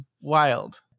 wild